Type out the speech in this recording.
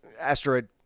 asteroid